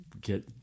get